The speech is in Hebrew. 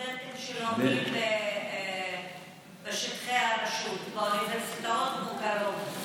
לסטודנטים שלומדים בשטחי הרשות באוניברסיטאות מוכרות?